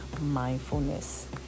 mindfulness